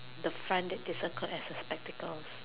the front that they circled as spectacles